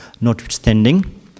notwithstanding